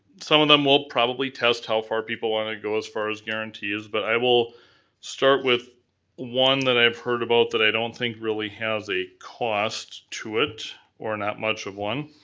some of them will probably test how far people want to go as far as guarantees. but i will start with one that i've heard about that i don't think really has a cost to it, or not much of one.